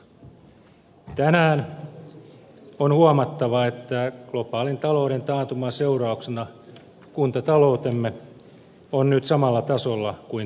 tänään on huomattava että globaalin talouden taantuman seurauksena kuntataloutemme on nyt samalla tasolla kuin tuolloin